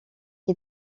qui